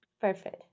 Perfect